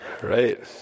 Right